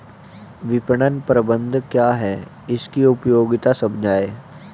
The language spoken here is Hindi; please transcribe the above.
विपणन प्रबंधन क्या है इसकी उपयोगिता समझाइए?